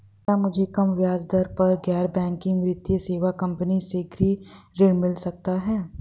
क्या मुझे कम ब्याज दर पर गैर बैंकिंग वित्तीय सेवा कंपनी से गृह ऋण मिल सकता है?